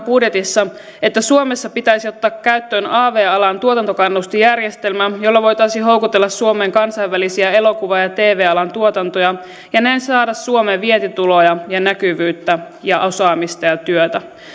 budjetissa että suomessa pitäisi ottaa käyttöön av alan tuotantokannustinjärjestelmä jolla voitaisiin houkutella suomeen kansainvälisiä elokuva ja tv alan tuotantoja ja näin saada suomeen vientituloja ja näkyvyyttä osaamista ja työtä